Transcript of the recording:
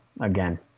again